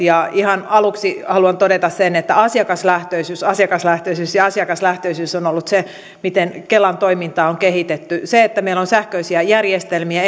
ihan aluksi haluan todeta sen että asiakaslähtöisyys asiakaslähtöisyys ja asiakaslähtöisyys on ollut se miten kelan toimintaa on kehitetty se että meillä on sähköisiä järjestelmiä